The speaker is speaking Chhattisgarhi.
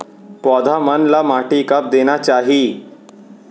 पौधा मन ला माटी कब देना चाही?